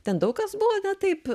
ten daug kas buvo ne taip